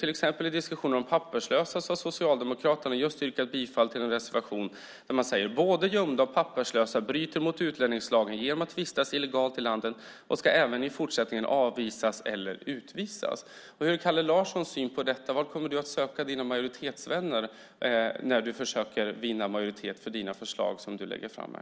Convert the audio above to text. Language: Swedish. Till exempel när det gäller de papperslösa har Socialdemokraterna just yrkat bifall till en reservation där man säger: Både gömda och papperslösa bryter mot utlänningslagen genom att vistas illegalt i landet och ska även i fortsättningen avvisas eller utvisas. Vilken är Kalle Larssons syn på detta? Var kommer du att söka dina majoritetsvänner när du försöker vinna majoritet för de förslag som du lägger fram här?